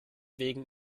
wegen